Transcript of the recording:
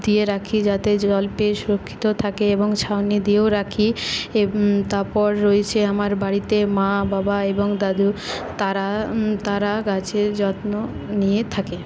দিয়ে রাখি যাতে জল পেয়ে সুরক্ষিত থাকে এবং ছাউনি দিয়েও রাখি তারপর রয়েছে আমার বাড়িতে মা বাবা এবং দাদু তারা তারা গাছের যত্ন নিয়ে থাকে